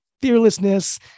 fearlessness